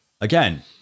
again